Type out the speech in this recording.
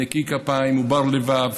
נקי כפיים ובר לבב,